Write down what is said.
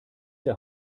der